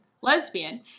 lesbian